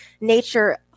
nature